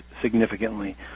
significantly